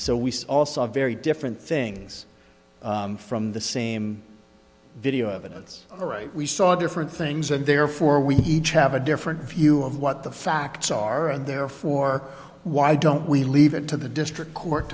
so we also have very different things from the same video evidence all right we saw there for and things and therefore we each have a different view of what the facts are and therefore why don't we leave it to the district court